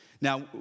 Now